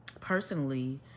personally